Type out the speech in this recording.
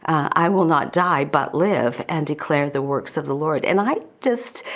i will not die but live. and declare the works of the lord. and i just,